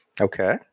Okay